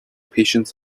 patients